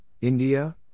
India